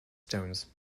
stones